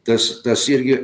tas tas irgi